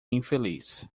infeliz